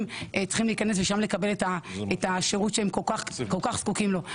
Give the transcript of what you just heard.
צריכים להיכנס ולקבל את השירות שהם כל כך זקוקים לו.